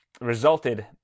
resulted